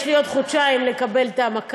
יש לי עוד חודשיים לקבל את המכה,